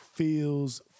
Feels